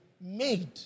made